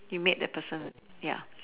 you made the person ya